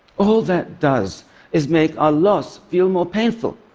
all that does is make our loss feel more painful.